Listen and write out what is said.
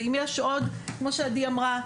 ואם יש עוד כמו שעדי אמרה,